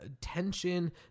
tension